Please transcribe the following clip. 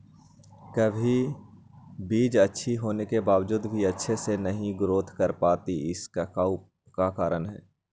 कभी बीज अच्छी होने के बावजूद भी अच्छे से नहीं ग्रोथ कर पाती इसका क्या कारण है?